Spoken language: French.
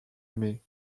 aimé